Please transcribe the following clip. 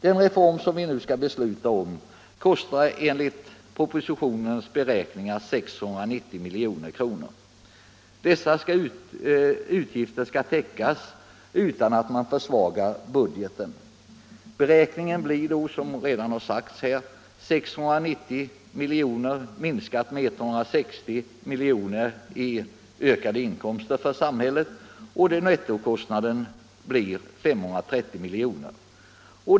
Den reform som vi nu skall besluta om kostar enligt propositionens beräkningar 690 milj.kr. Dessa utgifter skall täckas utan att man försvagar budgeten. Det blir då, som redan har sagts här, 690 miljoner minskat med 160 miljoner i ökade inkomster för samhället, vilket gör en net 167 tokostnad på 530 miljoner.